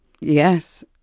Yes